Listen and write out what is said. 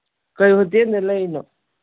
ꯀꯩ ꯍꯣꯇꯦꯜꯗ ꯂꯩꯔꯤꯅꯣ